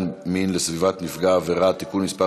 מין לסביבת מפגע העבירה (תיקון מס'